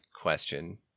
question